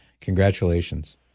Congratulations